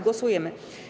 Głosujemy.